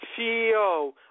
CEO